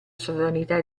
sovranità